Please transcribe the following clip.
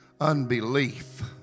unbelief